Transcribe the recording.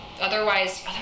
otherwise